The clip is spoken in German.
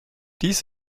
dies